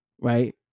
right